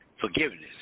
forgiveness